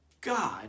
God